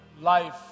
life